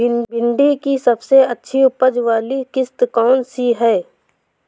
भिंडी की सबसे अच्छी उपज वाली किश्त कौन सी है?